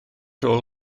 rôl